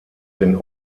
den